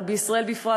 אבל בישראל בפרט,